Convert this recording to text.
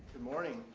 morning,